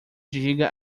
diga